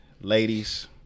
Ladies